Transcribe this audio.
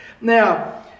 Now